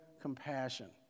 compassion